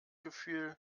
gefühl